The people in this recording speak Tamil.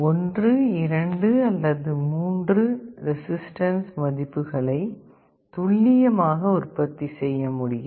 1 2 அல்லது 3 ரெசிஸ்டன்ஸ் மதிப்புகளை துல்லியமாக உற்பத்தி செய்ய முடியும்